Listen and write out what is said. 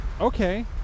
Okay